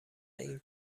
این